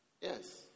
Yes